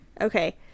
Okay